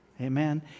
Amen